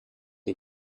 you